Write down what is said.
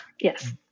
Yes